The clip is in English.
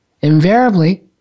invariably